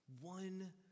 one